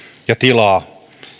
ja tilaa